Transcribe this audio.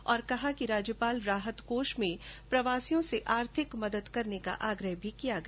राज्यपाल ने कहा कि राज्यपाल राहत कोष में प्रवासियों से आर्थिक मदद करने का आग्रह किया गया